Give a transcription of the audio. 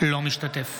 אינו משתתף